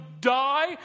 die